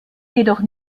jedoch